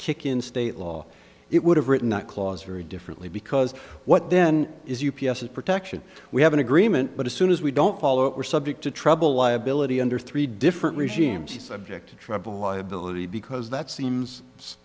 kick in state law it would have written that clause very differently because what then is u p s s protection we have an agreement but as soon as we don't follow it we're subject to trouble liability under three different regimes subject to tribal liability because that seems